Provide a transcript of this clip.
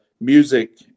music